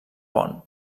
pont